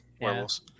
werewolves